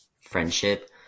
friendship